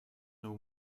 know